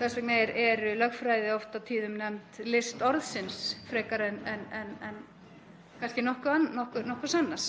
Þess vegna er lögfræði oft og tíðum nefnd list orðsins frekar en nokkurs annars.